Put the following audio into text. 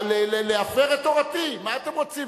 להפר את תורתי, מה אתם רוצים?